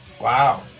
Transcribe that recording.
Wow